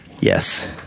Yes